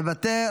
מוותר.